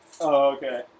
Okay